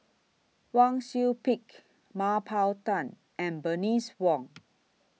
Wang Sui Pick Mah Bow Tan and Bernice Wong